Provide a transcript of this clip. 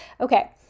okay